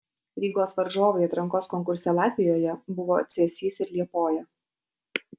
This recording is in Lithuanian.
rygos varžovai atrankos konkurse latvijoje buvo cėsys ir liepoja